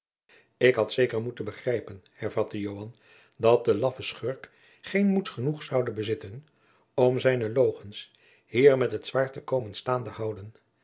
ik had zeker moeten begrijpen hervatte joan dat de laffe schurk geen moeds genoeg zoude bezitten om zijne logens hier met het zwaard te komen staande houden